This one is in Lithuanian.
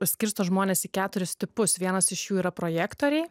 skirsto žmones į keturis tipus vienas iš jų yra projektoriai